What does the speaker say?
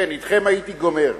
כן, אתכם הייתי גומר.